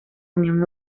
unión